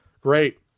Great